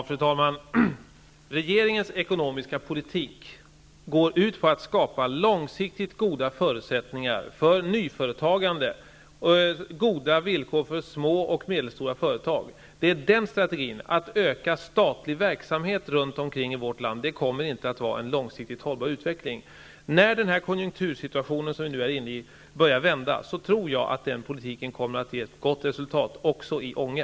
Fru talman! Regeringens ekonomiska politik går ut på att skapa långsiktigt goda förutsättningar för nyföretagande och goda villkor för små och medelstora företag. Strategin att öka statlig verksamhet runt om i vårt land kommer inte att vara långsiktigt hållbar. När den här konjunkturen börjar vända, tror jag att vår politik kommer att ge ett gott resultat också i Ånge.